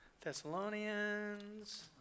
Thessalonians